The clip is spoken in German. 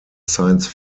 science